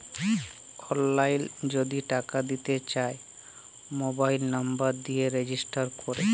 অললাইল যদি টাকা দিতে চায় মবাইল লম্বর দিয়ে রেজিস্টার ক্যরে